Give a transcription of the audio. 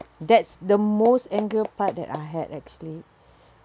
that's the most anger part that I had actually